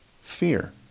fear